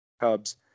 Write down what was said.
Cubs